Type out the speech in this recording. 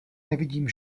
nevidím